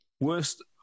worst